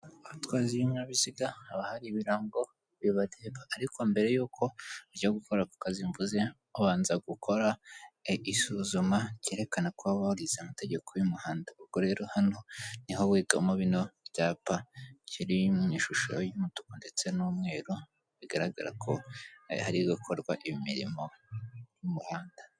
Abatwazi b'ibinyabiziga haba hari ibirango bibagenga ariko mbere y'uko ujya gukora ako kazi mvuze, ubanza gukora isuzuma ryerekana ko waba warize amategeko y'umuhanda. Ubwo rero hano ni ho wigamo kino cyapa kiri mu ishusho y'umutuku ndetse n'umweru, bigaragara ko hari gukorwa imirimo y'umuhanda.